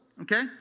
Okay